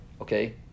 okay